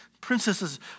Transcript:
princesses